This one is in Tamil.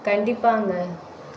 கண்டிப்பாங்க